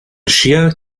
chien